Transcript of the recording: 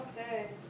Okay